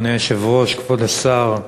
אדוני היושב-ראש, כבוד השר,